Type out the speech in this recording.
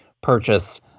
purchase